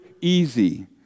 easy